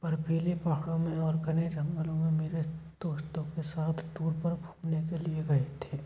बर्फीले पहाड़ों में और घने जंगलों में मेरे दोस्तों के साथ टूर पर घूमने के लिए गए थे